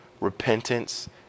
Repentance